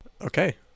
Okay